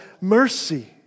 mercy